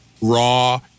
raw